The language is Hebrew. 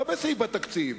לא בסעיף בתקציב,